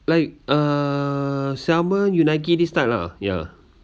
like uh salmon unagi this type lah ya